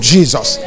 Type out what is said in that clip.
Jesus